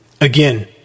Again